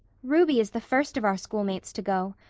ruby is the first of our schoolmates to go.